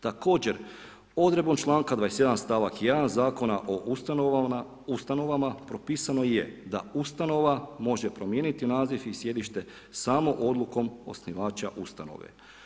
Također odredbom članka 21. stavak 1. Zakona o ustanovama propisano je da ustanova može promijeniti naziv i sjedište samo odlukom osnivača ustanove.